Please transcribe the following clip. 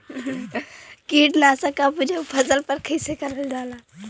कीटनाशक क प्रयोग फसल पर कइसे करल जाला?